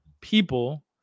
people